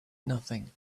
nothing